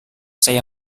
saya